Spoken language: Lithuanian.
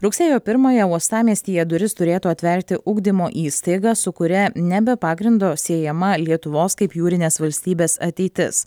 rugsėjo pirmąją uostamiestyje duris turėtų atverti ugdymo įstaiga su kuria ne be pagrindo siejama lietuvos kaip jūrinės valstybės ateitis